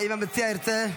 האם המציע ירצה?